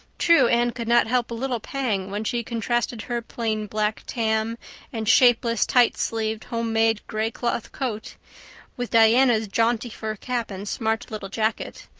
true, anne could not help a little pang when she contrasted her plain black tam and shapeless, tight-sleeved, homemade gray-cloth coat with diana's jaunty fur cap and smart little jacket.